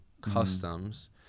customs